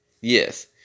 Yes